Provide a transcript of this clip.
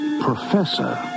Professor